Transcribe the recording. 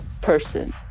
person